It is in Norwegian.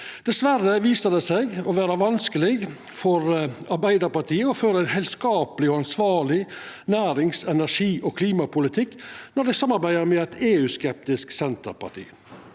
i 2023 2023 det seg å vera vanskeleg for Arbeidarpartiet å føra ein heilskapleg og ansvarleg nærings-, energi- og klimapolitikk når dei samarbeider med eit EU-skeptisk senterparti.